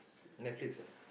Netflix ah